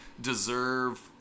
deserve